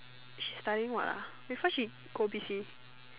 she studying what ah before she go B_C